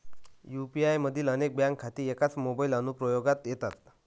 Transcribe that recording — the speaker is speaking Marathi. यू.पी.आय मधील अनेक बँक खाती एकाच मोबाइल अनुप्रयोगात येतात